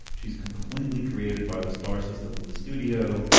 she's completely created by the star system of the studio.